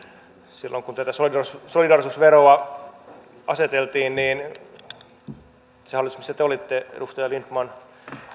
silloin kun tätä solidaarisuusveroa aseteltiin siinä hallituksessa missä te olitte edustaja lindtman